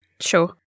Sure